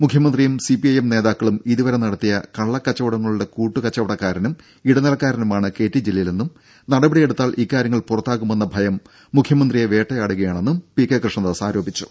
മുഖ്യമന്ത്രിയും C P I M നേതാക്കളും ഇതുവരെ നടത്തിയ കള്ളക്കച്ചവടങ്ങളുടെ കൂട്ടുക്കച്ചവടക്കാരനും ഇടനിലക്കാരനുമാണ് കെ ടി ജലീലെന്നും നടപടി എടുത്താൽ ഇക്കാര്യങ്ങൾ പുറത്താകുമെന്ന ഭയം മുഖ്യമന്ത്രിയെ വേട്ടയാടുകയാണെന്നും പി കെ കൃഷ്ണദാസ് ആരോപിച്ചു